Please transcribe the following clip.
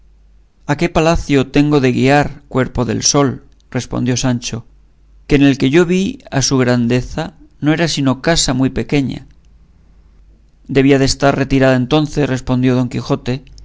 a qué palacio tengo de guiar cuerpo del sol respondió sancho que en el que yo vi a su grandeza no era sino casa muy pequeña debía de estar retirada entonces respondió don quijote